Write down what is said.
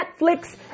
Netflix